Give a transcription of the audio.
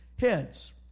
heads